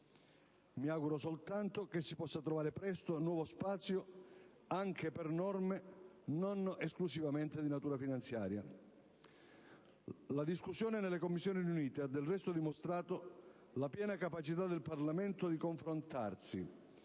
Mi auguro soltanto che si possa trovare presto nuovo spazio anche per norme non esclusivamente di natura finanziaria. La discussione nelle Commissioni riunite ha del resto dimostrato la piena capacità del Parlamento di confrontarsi